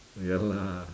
ya lah